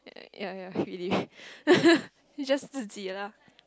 ya ya really it's just 自己 lah